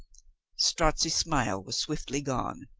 strozzi's smile was swiftly gone.